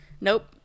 Nope